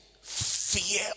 fear